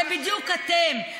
זה בדיוק אתם,